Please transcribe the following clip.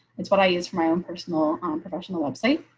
it's what i use for my own personal um and professional website.